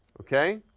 okay?